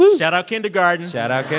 shout-out, kindergarten shout-out,